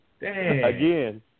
Again